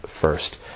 first